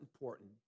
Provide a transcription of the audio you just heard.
important